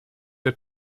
der